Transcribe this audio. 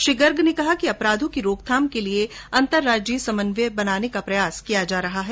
श्री गर्ग ने कहा कि अपराधों की रोकथाम के लिये अंतर्राज्यीय समन्वय बनाने के प्रयास किये जा रहे है